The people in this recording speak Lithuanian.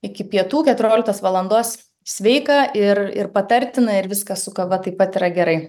iki pietų keturioliktos valandos sveika ir ir patartina ir viskas su kava taip pat yra gerai